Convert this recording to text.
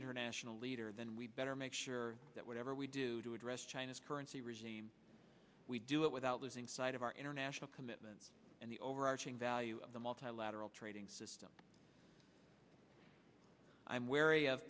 international leader then we'd better make sure that whatever we do to address china's currency regime we do it without losing sight of our international commitments and the overarching value of the multilateral trading system i'm wary of